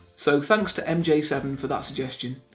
so thanks to m j seven for that suggestion.